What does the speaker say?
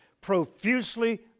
profusely